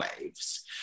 waves